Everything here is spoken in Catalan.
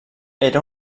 era